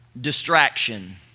distraction